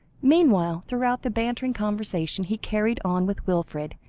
meanwhile, throughout the bantering conversation he carried on with wilfred,